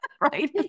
Right